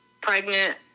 pregnant